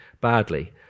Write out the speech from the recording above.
badly